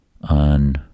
on